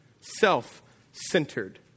self-centered